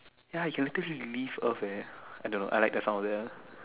ya you can literally leave earth eh I don't know I like the sound of that ah